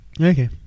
Okay